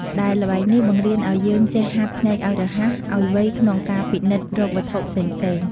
ដែលល្បែងនេះបង្រៀនឲ្យយើងចេះហាត់ភ្នែកឲ្យរហ័ស ឲ្យវៃក្នុងការពិនិត្យរកវត្ថុផ្សេងៗ។